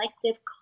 collective